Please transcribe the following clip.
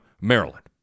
Maryland